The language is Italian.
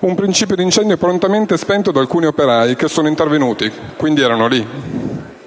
Un principio d'incendio prontamente spento da alcuni operai che sono intervenuti (quindi erano lì!).